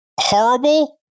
horrible